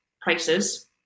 prices